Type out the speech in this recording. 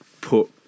put